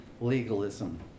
legalism